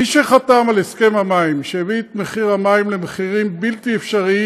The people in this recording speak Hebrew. מי שחתם על הסכם המים שהביא את המים למחירים בלתי אפשריים